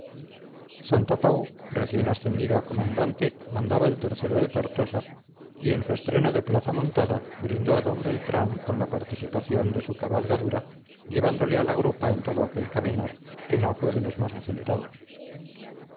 llevaba santapau recién ascendido a comandante mandaba el o de tortosa y en su estreno de plaza montada brindó a d beltrán con la participación de su cabalgadura llevándole a la grupa en todo aquel caminar que no fue de los más acelerados